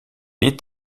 est